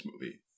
movie